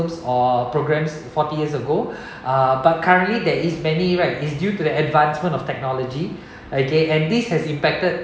or programmes forty years ago uh but currently there is many right is due to the advancement of technology okay and this has impacted